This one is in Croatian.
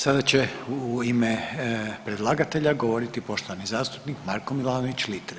Sada će u ime predlagatelja govoriti poštovani zastupnik Marko Milanović Litre.